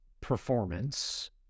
performance